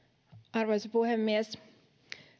arvoisa puhemies